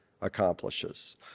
accomplishes